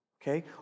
Okay